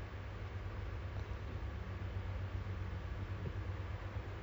ramai orang yang tak ada kerja they can apply for this um